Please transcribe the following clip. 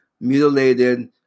mutilated